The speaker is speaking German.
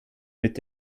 mit